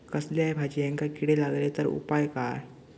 कसल्याय भाजायेंका किडे लागले तर उपाय काय?